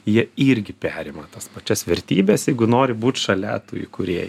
jie irgi perima tas pačias vertybes jeigu nori būt šalia tų įkūrėjų